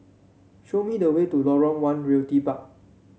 show me the way to Lorong One Realty Park